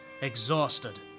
exhausted